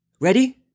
Ready